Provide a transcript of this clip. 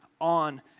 on